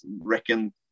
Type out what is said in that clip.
reckon